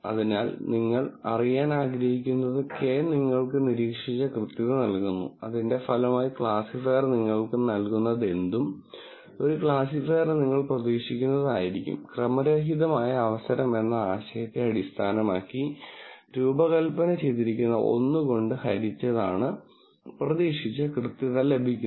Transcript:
അതിനാൽ നിങ്ങൾ അറിയാൻ ആഗ്രഹിക്കുന്നത് Κ നിങ്ങൾക്ക് നിരീക്ഷിച്ച കൃത്യത നൽകുന്നു അതിന്റെ ഫലമായി ക്ലാസിഫയർ നിങ്ങൾക്ക് നൽകുന്നതെന്തും ഒരു ക്ലാസിഫയറിന് നിങ്ങൾ പ്രതീക്ഷിക്കുന്നത് ആയിരിക്കും ക്രമരഹിതമായ അവസരം എന്ന ആശയത്തെ അടിസ്ഥാനമാക്കി രൂപകൽപ്പന ചെയ്തിരിക്കുന്ന 1 കൊണ്ട് ഹരിച്ചാണ് പ്രതീക്ഷിച്ച കൃത്യത ലഭിക്കുന്നത്